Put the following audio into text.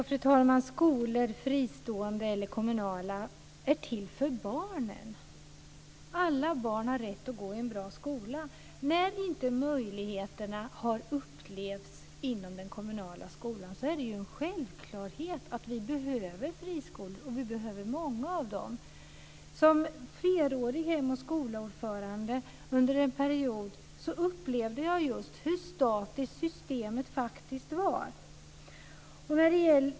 Fru talman! Skolor, fristående eller kommunala, är till för barnen. Alla barn har rätt att gå i en bra skola. När man upplevt att inte möjligheterna finns inom den kommunala skolan är det en självklarhet att vi behöver friskolor, och vi behöver många av dem. Som Hem och skola-ordförande i flera år upplevde jag just hur statiskt systemet faktiskt var.